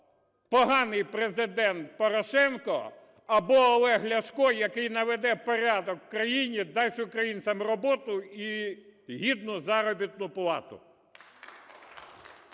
поганий Президент Порошенко, або Олег Ляшко, який наведе порядок в країні, дасть українцям роботу і гідну заробітну плату.